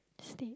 steak